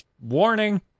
warning